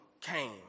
came